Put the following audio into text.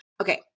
Okay